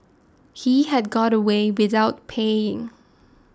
he had got away without paying